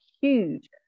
huge